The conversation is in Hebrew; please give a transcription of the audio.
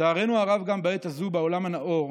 לצערנו הרב, גם בעת הזאת, בעולם הנאור,